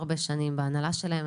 בהנהלה שלהם,